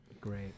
Great